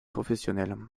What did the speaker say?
professionnelles